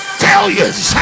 failures